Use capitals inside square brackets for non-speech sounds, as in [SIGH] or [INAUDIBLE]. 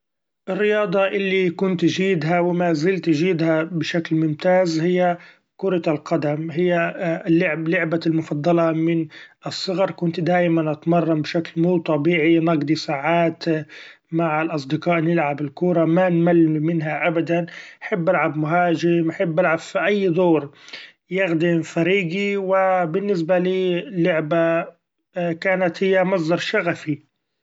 الرياضة اللي كنت جيدها و مازلت جيدها بشكل ممتاز هي كرة القدم هي [HESITATION] لعبتي المفضلة من الصغر كنت دايما اتمرن بشكل مو طبيعي ، نقضي سعات مع الأصدقاء نلعب الكوره ما نمل منها أبدا ، أحب ألعب مهاجم احب ألعب ف أي دور يخدم فريقي ، و بالنسبة لي لعبة كانت هي مصدر شغفي.